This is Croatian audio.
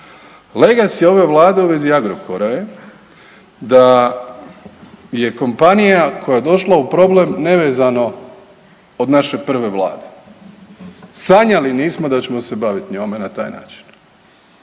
legacy ove Vlade u vezi Agrokora je da je kompanija koja je došla u problem nevezano od naše prve Vlade. Sanjali nismo da ćemo se baviti njome na taj način.